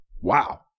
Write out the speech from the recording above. Wow